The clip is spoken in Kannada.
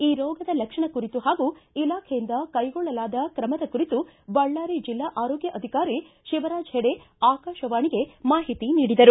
ಈ ರೋಗದ ಲಕ್ಷಣ ಕುರಿತು ಹಾಗೂ ಇಲಾಖೆಯಿಂದ ಕೈಗೊಳ್ಳಲಾದ ಕ್ರಮದ ಕುರಿತು ಬಳ್ಳಾರಿ ಜೆಲ್ಲಾ ಆರೋಗ್ಗ ಅಧಿಕಾರಿ ಶಿವರಾಜ ಹೆಡೆ ಆಕಾಶವಾಣಿಗೆ ಮಾಹಿತಿ ನೀಡಿದರು